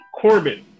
Corbin